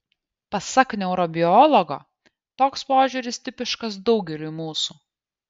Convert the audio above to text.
pasak neurobiologo toks požiūris tipiškas daugeliui mūsų